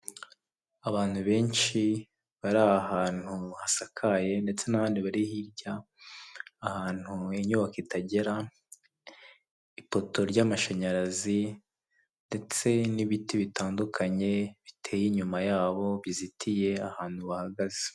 Abantu benshi bari ahantu hasakaye ndetse n'abandi bari hirya ahantu inyubako itagera, ipoto ry'amashanyarazi ndetse n'ibiti bitandukanye biteye inyuma yabo bizitiye ahantu bahagaze.